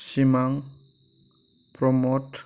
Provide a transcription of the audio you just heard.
सिमां प्रमद